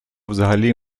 взагалі